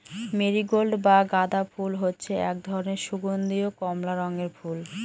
marigold বা গাঁদা ফুল হচ্ছে এক ধরনের সুগন্ধীয় কমলা রঙের ফুল